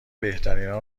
بهترینا